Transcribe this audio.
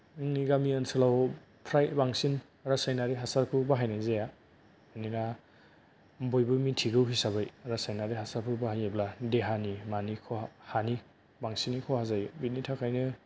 जोंनि गामि ओनसोलाव फ्राय बांसिन रासायनारि हासारखौ बाहायनाय जाया मानोना बयबो मिथिगौ हिसाबै रासायनारि हासारफोर बाहायोब्ला देहानि मानि ख'हा हानि बांसिनै ख'हा जायो बेनि थाखायनो